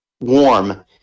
warm